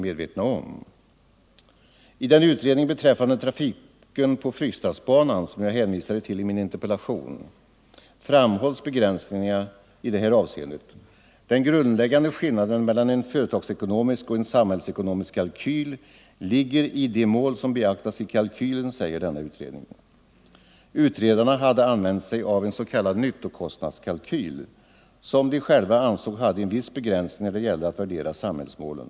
I den utredning beträf Nr 128 fande trafiken på Fryksdalsbanan; som jag hänvisade till i min inter Tisdagen den pellation, framhålls begränsningarna i detta avseende. Den grundläggande 26 november 1974 skillnaden mellan en företagsekonomisk och en samhällsekonomisk kalkyl ligger i de mål som beaktas i kalkylen, säger denna utredning. Ut — Ang. nedläggningen redarna hade använt sig av en s.k. nyttokostnadskalkyl, som de själva — av olönsam ansåg hade en viss begränsning när det gällde att värdera samhällsmålen.